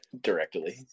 directly